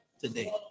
today